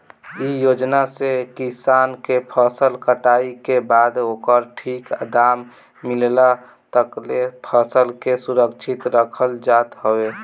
इ योजना से किसान के फसल कटाई के बाद ओकर ठीक दाम मिलला तकले फसल के सुरक्षित रखल जात हवे